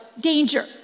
danger